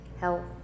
health